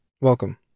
Welcome